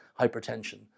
hypertension